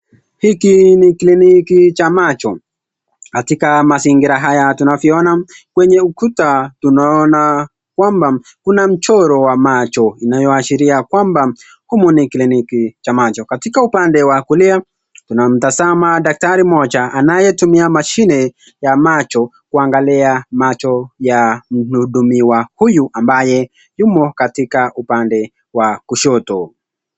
Hiki ni kliniki cha macho, katika mazingira haya tunavyoona kwenye ukuta tunaona kwamba kuna mchoro wa macho inayoashiria kwamba humu ni kliniki cha macho. Katika upande wa kulia tunamtazama daktari mmoja anayetumia mashine ya macho kuangalia macho ya mhudumiwa huyu ambaye yumo katika upande wa kushoto.